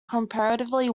comparatively